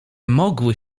mogły